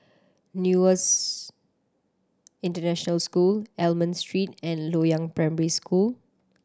Nexus International School Almond Street and Loyang Primary School